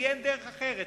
כי אין דרך אחרת,